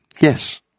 Yes